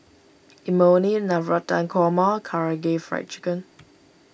Imoni Navratan Korma Karaage Fried Chicken